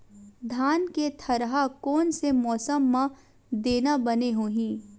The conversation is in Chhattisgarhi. धान के थरहा कोन से मौसम म देना बने होही?